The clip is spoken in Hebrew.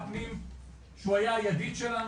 שהוא היה ידיד שלנו,